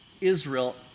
Israel